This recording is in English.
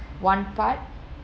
one part